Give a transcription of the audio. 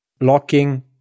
locking